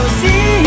see